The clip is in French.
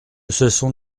cessons